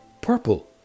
purple